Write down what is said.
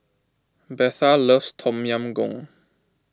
Betha loves Tom Yam Goong